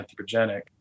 anthropogenic